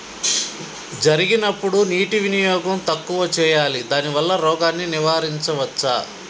జరిగినప్పుడు నీటి వినియోగం తక్కువ చేయాలి దానివల్ల రోగాన్ని నివారించవచ్చా?